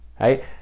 right